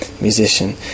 musician